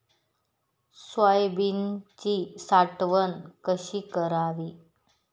सोयाबीनची साठवण कशी करावी?